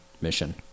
mission